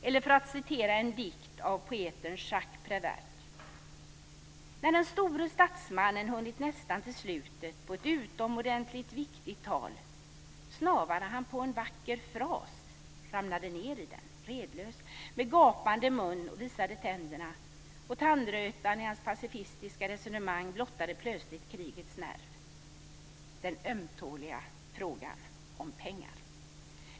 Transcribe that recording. Jag kan också citera en dikt av poeten Jacques "När den store statsmannen hunnit nästan till slutet på ett utomordentligt viktigt tal snavade han på en vacker fras ramlade ner i den redlös med gapande mun visade tänderna och tandrötan i hans pacifistiska resonemang blottade plötsligt krigets nerv - den ömtåliga frågan om pengar."